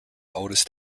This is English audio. oldest